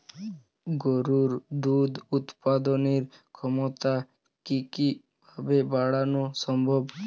গরুর দুধ উৎপাদনের ক্ষমতা কি কি ভাবে বাড়ানো সম্ভব?